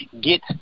get